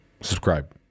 Subscribe